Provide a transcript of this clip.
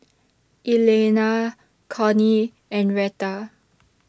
Elaina Connie and Reta